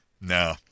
no